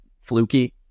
fluky